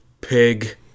Pig